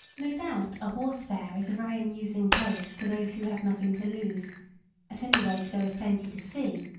no doubt a horse fair is a very amusing place to those who have nothing to lose at any rate, there is plenty to see.